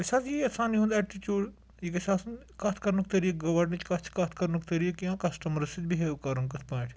أسۍ حظ یی یَژھان یِہُںٛد اٮ۪ٹِچوٗڑ یہِ گژھِ آسُن کَتھ کَرنُک طٔریٖقہٕ گۄڈنِچ کَتھ چھِ کَتھ کَرنُک طٔریٖقہٕ یا کَسٹمَرَس سۭتۍ بِہیو کَرُن کِتھ پٲٹھۍ